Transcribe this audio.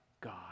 God